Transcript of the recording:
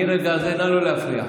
מרגע זה נא לא להפריע.